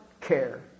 care